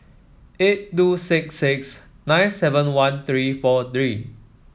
eight two six six nine seven one three four three